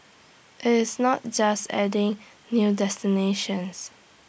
IT is not just adding new destinations